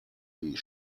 beige